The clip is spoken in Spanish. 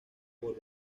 por